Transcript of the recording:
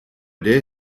der